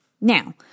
Now